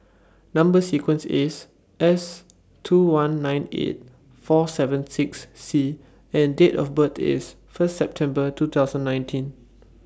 Number sequence IS S two one nine eight four seven six C and Date of birth IS First September two thousand nineteen